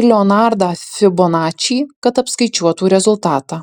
ir leonardą fibonačį kad apskaičiuotų rezultatą